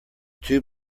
two